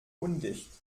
undicht